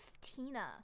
Tina